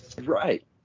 Right